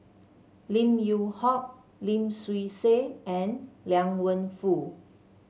Lim Yew Hock Lim Swee Say and Liang Wenfu